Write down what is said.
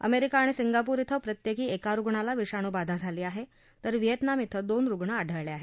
America आणि Singapore इथं प्रत्येकी एका रुग्णाला विषाणू बाधा झाली आहे तर व्हिएतनाम इथं दोन रुग्ण आढळले आहेत